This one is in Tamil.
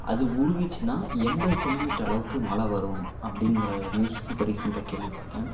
அது உருகுச்சின்னா எண்பது சென்டிமீட்ரு அளவுக்கு மழை வரும் அப்படிங்கிற நியூஸ் இப்போ ரீசென்டாக கேள்வி பட்டேன்